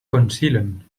konsilon